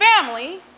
family